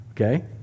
Okay